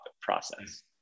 process